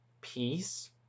peace